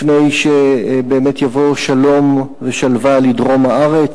לפני שבאמת יבואו שלום ושלווה לדרום הארץ.